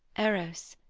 eros,